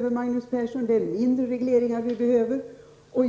för, Magnus Persson, det är inte fler regleringar som vi behöver utan färre.